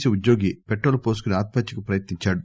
C ఉద్యోగి petrol పోసుకొని ఆత్మహత్యకు ప్రయత్నించాడు